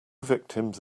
victims